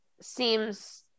seems